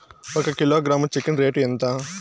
ఒక kilogram chicken rate ఎంత?